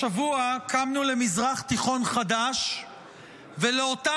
השבוע קמנו למזרח תיכון חדש ולאותה